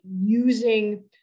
using